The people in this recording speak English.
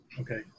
Okay